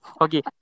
Okay